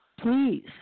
Please